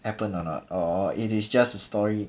happen or not or it is just a story